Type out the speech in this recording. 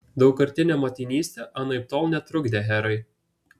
daugkartinė motinystė anaiptol netrukdė herai